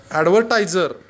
advertiser